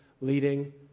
leading